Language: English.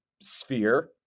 sphere